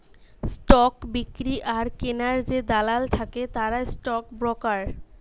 stock বিক্রি আর কিনার যে দালাল থাকে তারা স্টক ব্রোকার